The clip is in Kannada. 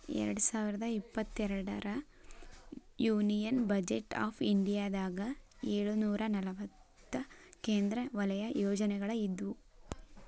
ಎರಡ್ ಸಾವಿರದ ಇಪ್ಪತ್ತೆರಡರ ಯೂನಿಯನ್ ಬಜೆಟ್ ಆಫ್ ಇಂಡಿಯಾದಾಗ ಏಳುನೂರ ನಲವತ್ತ ಕೇಂದ್ರ ವಲಯ ಯೋಜನೆಗಳ ಇದ್ವು